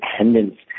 independence